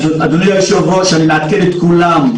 אדוני היושב-ראש, אני מעדכן את כולם.